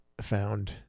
found